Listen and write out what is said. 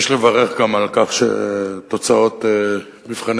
יש לברך גם על כך שהתוצאות של מבחני